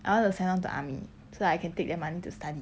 I want to sign on to army so that I can take their money to study